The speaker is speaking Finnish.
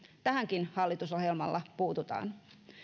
tähänkin hallitusohjelmalla puututaan